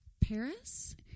Paris